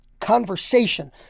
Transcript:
conversation